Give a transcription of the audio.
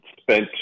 spent